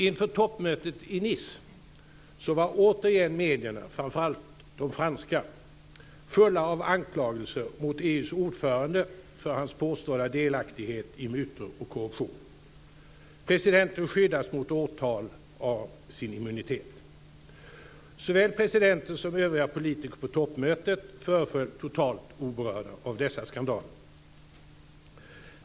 Inför toppmötet i Nice var återigen medierna, framför allt de franska, fulla av anklagelser mot EU:s ordförande för hans påstådda delaktighet i mutor och korruption. Presidenten skyddas mot åtal av sin immunitet. Såväl presidenten som övriga politiker på toppmötet föreföll totalt oberörda av dessa skandaler.